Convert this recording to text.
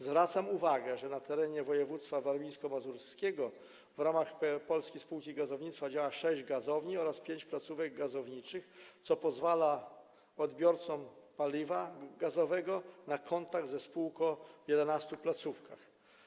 Zwracam uwagę, że na terenie województwa warmińsko-mazurskiego w ramach Polskiej Spółki Gazownictwa działa sześć gazowni oraz pięć placówek gazowniczych, co pozwala odbiorcom paliwa gazowego na kontakt ze spółką w 11 placówkach.